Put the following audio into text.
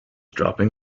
dropping